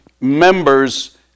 members